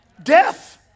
Death